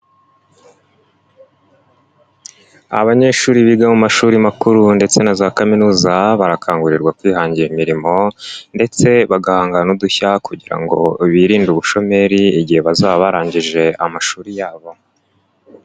Abanyeshuri biga mu mashuri makuru ndetse na za kaminuza barakangurirwa kwihangira imirimo ndetse bagahanga n'udushya kugira ngo birinde ubushomeri igihe bazaba barangije amashuri yabo.